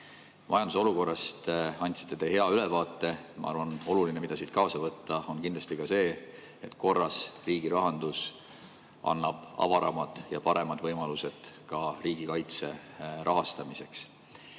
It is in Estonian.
Majanduse olukorrast andsite te juba hea ülevaate. Ma arvan, et oluline, mida siit kaasa võtta, on kindlasti ka see, et korras riigi rahandus annab avaramad ja paremad võimalused ka riigikaitse rahastamiseks.